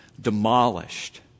demolished